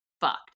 fucked